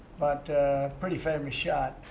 pretty famous shot.